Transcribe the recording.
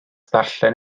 ddarllen